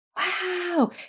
wow